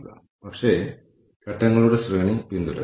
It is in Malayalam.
അവർക്ക് പരിക്കേൽക്കുകയും ചെയ്യുന്നു